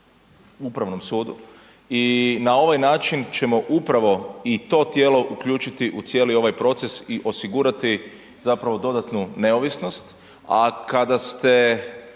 Upravnom sudu i na ovaj način ćemo upravo i to tijelo uključiti u cijeli ovaj proces i osigurati zapravo dodatnu neovisnost,